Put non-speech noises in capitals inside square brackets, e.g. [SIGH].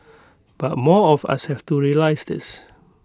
[NOISE] but more of us have to realise this